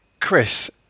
Chris